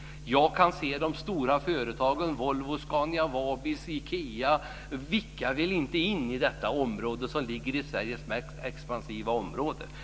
Jag kan se de stora företagen Volvo, Scania och Ikea. Vilka vill inte in i detta område som ligger i Sveriges mest expansiva område?